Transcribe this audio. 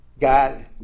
God